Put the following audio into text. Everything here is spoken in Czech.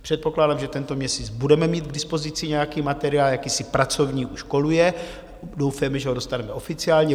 Předpokládám, že tento měsíc budeme mít k dispozici nějaký materiál, jakýsi pracovní už koluje, doufejme, že ho dostaneme oficiálně.